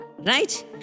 Right